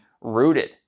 rooted